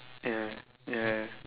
ya ya